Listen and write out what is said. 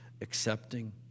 accepting